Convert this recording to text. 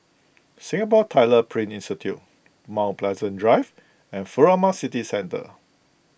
Singapore Tyler Print Institute Mount Pleasant Drive and Furama City Centre